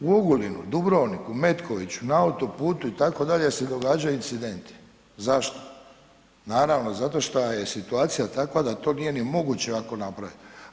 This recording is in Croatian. U Ogulinu, Dubrovniku, Metkoviću, na autoputu itd., se događaju incidenti, zašto, naravno zato šta je situacija takva da to nije ni moguće ovako napraviti.